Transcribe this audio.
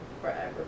forever